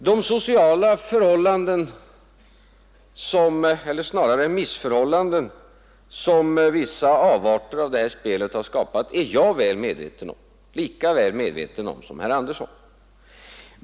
De sociala förhållanden — eller snarare missförhållanden — som vissa avarter av det här spelet skapat är jag lika väl medveten om som herr Andersson i Örebro.